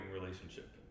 relationship